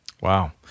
Wow